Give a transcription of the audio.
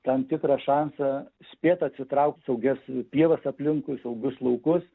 tam tikrą šansą spėt atsitraukt saugias pievas aplinkui ilgus laukus